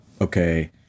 okay